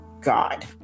God